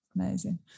amazing